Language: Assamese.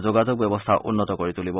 যোগাযোগ ব্যৱস্থা উন্নত কৰি তুলিব